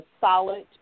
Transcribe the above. solid